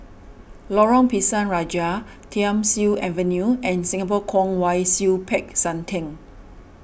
Lorong Pisang Raja Thiam Siew Avenue and Singapore Kwong Wai Siew Peck San theng